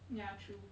ya true